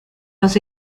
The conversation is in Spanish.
los